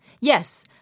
Yes